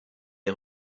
est